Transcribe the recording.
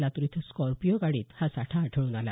लातूर इथं स्कॉर्पिओ गाडीत हा साठा आढळून आला